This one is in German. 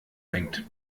fängt